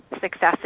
successes